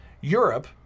Europe